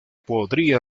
podría